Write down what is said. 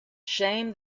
shame